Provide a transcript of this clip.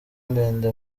ndende